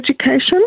education